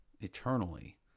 eternally